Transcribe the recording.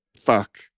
fuck